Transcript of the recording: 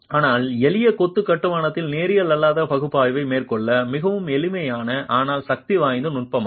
ஆனால் எளிய கொத்து கட்டுமானத்தில் நேரியல் அல்லாத பகுப்பாய்வை மேற்கொள்ள மிகவும் எளிமையான ஆனால் சக்திவாய்ந்த நுட்பமாகும்